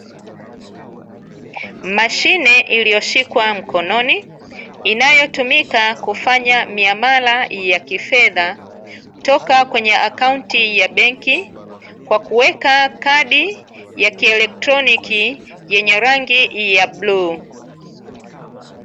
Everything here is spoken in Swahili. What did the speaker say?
Mashine iliyoshikwa mkononi, inayotumika kufanya miamala ya kifedha toka kwenye akaunti ya benki, kwa kuweka kadi ya kieelektroniki yenye rangi ya bluu.